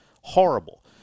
horrible